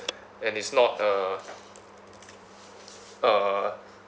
and it's not a uh